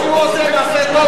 עד שהוא עושה מעשה טוב,